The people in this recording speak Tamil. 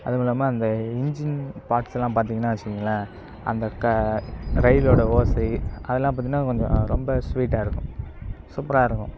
அதுவும் இல்லாமல் அந்த இன்ஜின் பார்ட்ஸலாம் பார்த்திங்கன்னா வச்சிங்களேன் அந்த க ரயிலோட ஓசை அதெலாம் பார்த்திங்கன்னா கொஞ்சம் ரொம்ப ஸ்வீட்டாக இருக்கும் சூப்பராக இருக்கும்